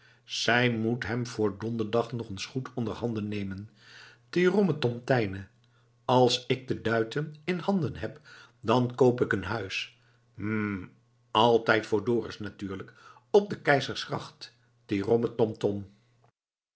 zij moet hem voor donderdag nog eens goed onderhanden nemen tirommetomtijne als ik de duiten in handen heb dan koop ik een huis hm altijd voor dorus natuurlijk op de keizersgracht